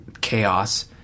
chaos